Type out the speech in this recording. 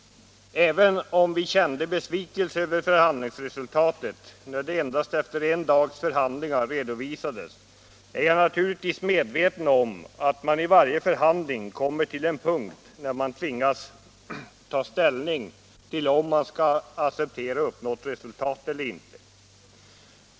Även om vi kände besvikelse över förhandlingsresultatet, när det efter endast en dags förhandlingar redovisades, är jag naturligtvis medveten om att man i varje förhandling kommer till en punkt där man tvingas ta ställning till om man skall acceptera uppnått resultat eller inte.